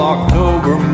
October